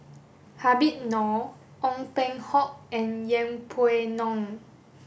Habib Noh Ong Peng Hock and Yeng Pway Ngon